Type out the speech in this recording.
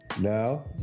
now